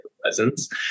presence